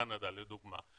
קנדה לדוגמה,